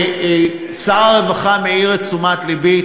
שר הרווחה מביא לתשומת לבי,